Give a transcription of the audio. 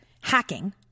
hacking